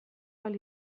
ahal